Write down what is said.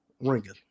ringing